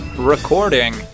Recording